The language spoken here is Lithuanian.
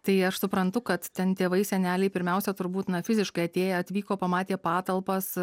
tai aš suprantu kad ten tėvai seneliai pirmiausia turbūt na fiziškai atėję atvyko pamatė patalpas